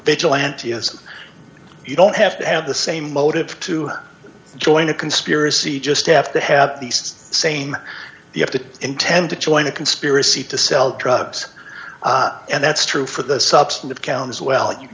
vigilanteism you don't have to have the same motive to join a conspiracy just have to have these same you have to intend to join a conspiracy to sell drugs and that's true for the substantive count as well you